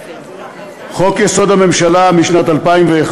חוק-יסוד: הממשלה, משנת 2001,